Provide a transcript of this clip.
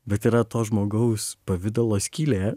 bet yra to žmogaus pavidalo skylė